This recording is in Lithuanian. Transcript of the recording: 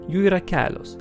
jų yra kelios